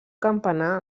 campanar